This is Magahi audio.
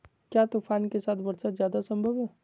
क्या तूफ़ान के साथ वर्षा जायदा संभव है?